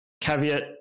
Caveat